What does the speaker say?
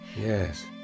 Yes